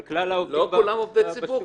על כלל העובדים בשוק.